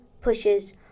pushes